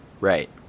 right